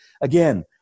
again